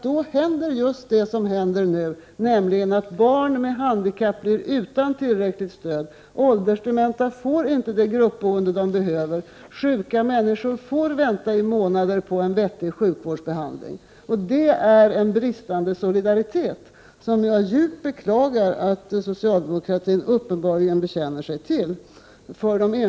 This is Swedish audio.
Då händer just det som händer nu, nämligen att barn med handikapp blir utan tillräckligt stöd, att åldersdementa inte får det gruppboende de behöver och att sjuka människor får vänta i månader på en vettig sjukvårdsbehandling. Det är en bristande solidaritet mot enskilda människor, som jag djupt beklagar att socialdemokraterna uppenbarligen bekänner sig till.